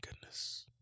goodness